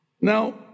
Now